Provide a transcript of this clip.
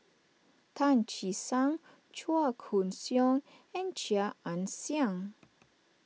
Tan Che Sang Chua Koon Siong and Chia Ann Siang